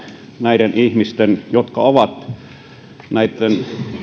näiden ihmisten jotka ovat